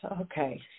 Okay